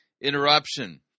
interruption